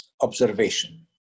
observation